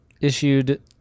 issued